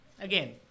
Again